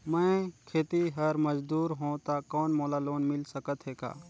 मैं खेतिहर मजदूर हों ता कौन मोला लोन मिल सकत हे का?